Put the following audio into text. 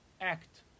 act